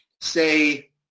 say